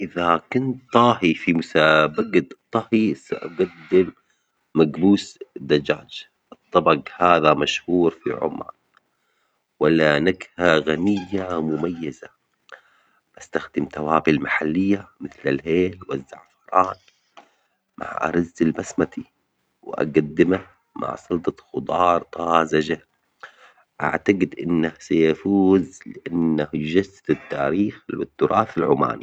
سأقدم طبقًا مميزًا يجمع بين النكهات التقليدية واللمسات العصرية: "مشاوي البحر المتبّلة بالأعشاب العمانية مع صلصة الليمون والزعفران". سأقدم معه أرز بالبهارات المحلية وسلطة خفيفة بالتمر والرمان. أعتقد أنه سيفوز لأنه يعكس ثقافة غنية بالنكهات المتنوعة ويظهر إبداعي في دمج التقاليد مع التجديد، مما يلفت انتباه الحكام ويميزني عن الآخرين.